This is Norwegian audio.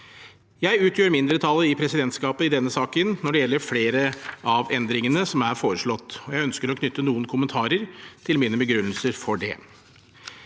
Jeg utgjør mindretallet i presidentskapet i denne saken når det gjelder flere av endringene som er foreslått, og jeg ønsker å knytte noen kommentarer til mine begrunnelser for det.